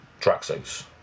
Tracksuits